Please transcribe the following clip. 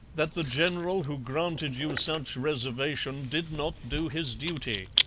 that the general who granted you such reservation did not do his duty.